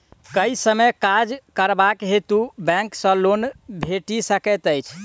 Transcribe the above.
केँ सब काज करबाक हेतु बैंक सँ लोन भेटि सकैत अछि?